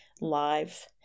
live